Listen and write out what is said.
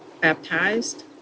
baptized